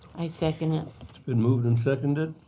i second. it's been moved and seconded.